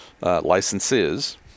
licenses